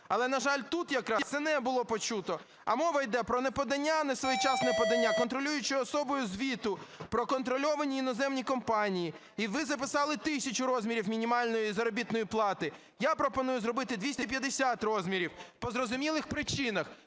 Але, на жаль, тут якраз це не було почуто. А мова йде про неподання, несвоєчасне подання контролюючою особою звіту про контрольовані іноземні компанії. І ви записали 1 тисячу розмірів мінімальної заробітної плати. Я пропоную зробити 250 розмірів по зрозумілих причинах,